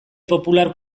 popular